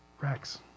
Rex